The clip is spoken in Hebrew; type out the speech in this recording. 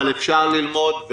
אבל אפשר ללמוד,